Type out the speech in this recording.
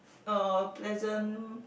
uh pleasant